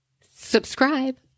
subscribe